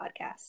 podcast